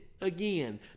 again